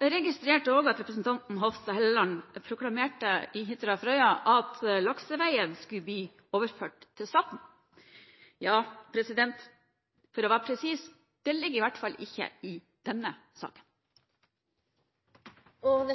jeg at representanten Hofstad Helleland i saken om Hitra og Frøya proklamerte at lakseveien skulle bli overført til staten. For å være presis: Det ligger i hvert fall ikke inne i denne saken. Eg